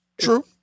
true